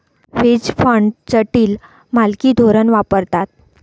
veg fund जटिल मालकी धोरण वापरतात